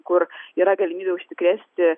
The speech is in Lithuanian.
kur yra galimybė užsikrėsti